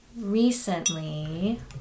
recently